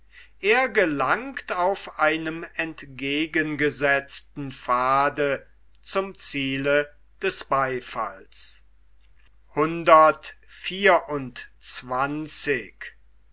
er gelangt auf einem entgegengesetzten pfade zum ziel des beifalls